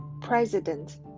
President